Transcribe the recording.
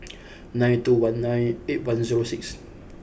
nine two one nine eight one zero six